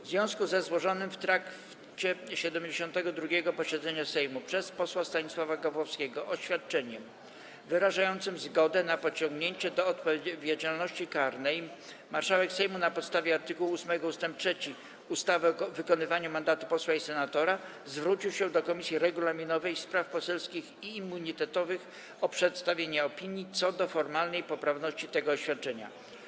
W związku ze złożonym w trakcie 72. posiedzenia Sejmu przez posła Stanisława Gawłowskiego oświadczeniem o wyrażeniu zgody na pociągnięcie do odpowiedzialności karnej marszałek Sejmu na podstawie art. 8 ust. 3 ustawy o wykonywaniu mandatu posła i senatora zwrócił się do Komisji Regulaminowej, Spraw Poselskich i Immunitetowych o przedstawienie opinii co do formalnej poprawności tego oświadczenia.